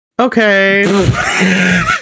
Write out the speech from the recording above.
Okay